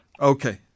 Okay